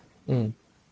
mm